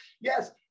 Yes